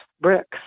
bricks